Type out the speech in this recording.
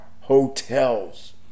hotels